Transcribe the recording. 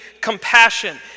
compassion